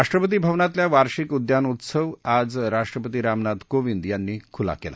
राष्ट्रपती भवनातल्या वार्षिक उद्यानोत्सव आज राष्ट्रपती रामनाथ कोविंद यांनी खुला केला